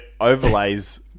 overlays